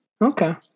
Okay